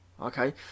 okay